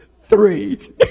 three